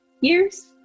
years